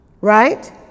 Right